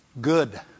good